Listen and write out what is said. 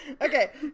Okay